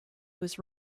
was